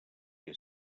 que